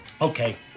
Okay